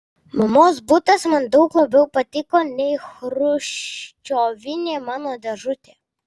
mamos butas man daug labiau patiko nei chruščiovinė mano dėžutė